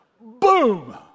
Boom